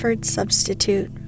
substitute